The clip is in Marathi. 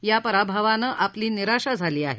या पराभवानं आपल निराशा झाली आहे